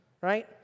Right